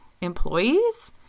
employees